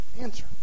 answer